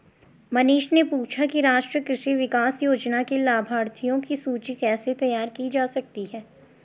मनीष ने पूछा कि राष्ट्रीय कृषि विकास योजना के लाभाथियों की सूची कैसे तैयार की जा सकती है